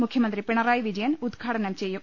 മുഖ്യമന്ത്രി പിണറായി വിജയൻ ഉദ്ഘാടനം ചെയ്യും